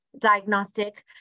diagnostic